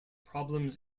problems